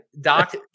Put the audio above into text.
Doc